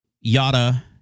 Yada